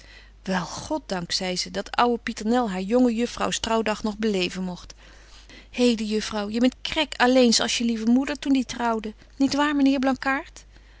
wel god dank zei ze dat ouwe pieternel haar jonge juffrouws trouwdag nog beleven mogt heden juffrouw je bent krek alleens als je lieve moeder toen die trouwde niet waar myn heer blankaart